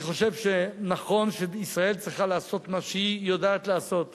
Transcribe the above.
אני חושב שנכון שישראל צריכה לעשות מה שהיא יודעת לעשות